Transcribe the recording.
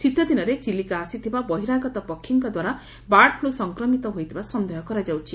ଶୀତଦିନରେ ଚିଲିକା ଆସିଥିବା ବହିରାଗତ ପକ୍ଷୀଙ୍କ ଦ୍ୱାରା ବ୍ଲାର୍ଡ ଫ୍ ସଂକ୍ରମିତ ହୋଇଥିବା ସନ୍ଦେହ କରାଯାଉଛି